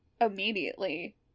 immediately